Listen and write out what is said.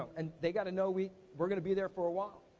and they gotta know we're we're gonna be there for a while.